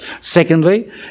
Secondly